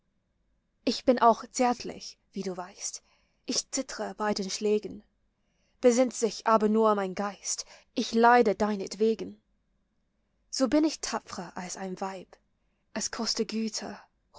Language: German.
ich bin auch zärtlich wie du weißt ich zittre bei den schlägen besinnt sich aber nur mein geist ich leide deinetwegen so bin ich tapfrer als ein weib es koste güter